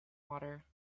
water